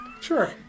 Sure